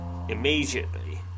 immediately